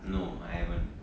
no I haven't